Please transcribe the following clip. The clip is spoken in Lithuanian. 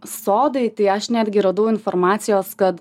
sodai tai aš netgi radau informacijos kad